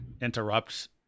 interrupts